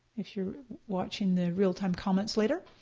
if you're watching the real time comments later.